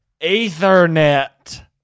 Ethernet